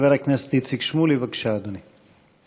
חבר הכנסת איציק שמולי, בבקשה, אדוני.